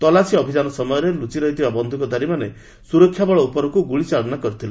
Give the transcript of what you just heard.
ତଲାସୀ ଅଭିଯାନ ସମୟରେ ଲୁଚି ରହିଥିବା ବନ୍ଧୁକଧାରୀମାନେ ସୁରକ୍ଷାବଳ ଉପରକୁ ଗୁଳିଚାଳନା କରିଥିଲେ